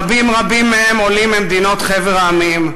רבים רבים מהם עולים מחבר המדינות,